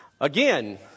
Again